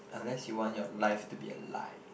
unless you want your life to be a lie